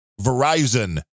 Verizon